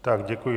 Tak děkuji.